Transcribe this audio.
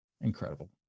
Incredible